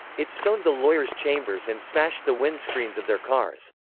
it stoned the lawyers' chambers and smashed the windscreens of their cars.